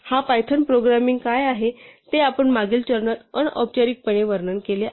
हा Python programming काय करत आहे ते आपण मागील चरणात अनौपचारिकपणे वर्णन केले आहे